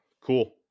Cool